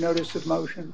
notice of motion